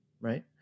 right